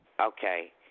Okay